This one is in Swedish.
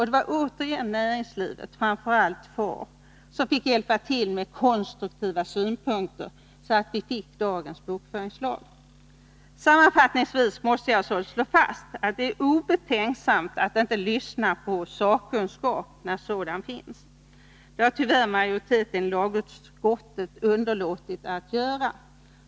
Det var återigen näringslivet — framför allt FAR — som fick hjälpa till med konstruktiva synpunkter så att vi fick dagens bokföringslag. Sammanfattningsvis måste jag slå fast att det är obetänksamt att inte lyssna på sakkunskap när sådan finns. Det har majoriteten i lagutskottet tyvärr underlåtit att göra.